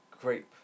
grape